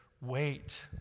wait